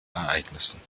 ereignissen